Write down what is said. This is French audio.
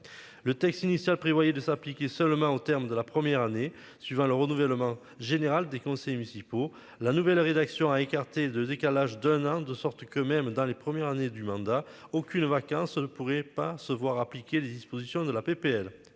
Le texte initial prévoyait de s'appliquer seulement au terme de la première année suivant le renouvellement général des conseils municipaux. La nouvelle rédaction a écarté de décalage d'un an, de sorte que même dans les premières années du mandat aucune vacances ne pourrait pas se voir appliquer les dispositions de la PPL,